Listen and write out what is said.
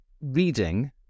reading